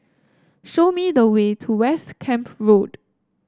show me the way to West Camp Road